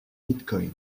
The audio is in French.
bitcoin